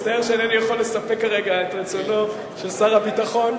מצטער שאינני יכול לספק כרגע את רצונו של שר הביטחון.